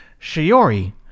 Shiori